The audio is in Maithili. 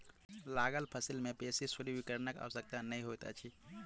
लागल फसिल में बेसी सूर्य किरणक आवश्यकता नै होइत अछि